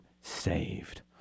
saved